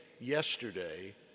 yesterday